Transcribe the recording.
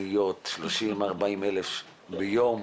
הרבה הרבה פניות, 40-30 אלף ביום,